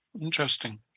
interesting